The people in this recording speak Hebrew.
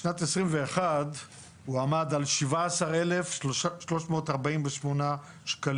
בשנת 2021 הוא עמד על כ-17,348 ₪,